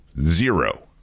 zero